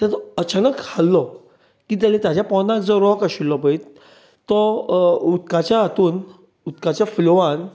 so तो अचानक हाललो कितें जालें ताच्या पोंदाक जो राॅक आशिल्लो पळय तो उदकाच्या हातूंत उदकाच्या फ्लाॅवान